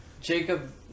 Jacob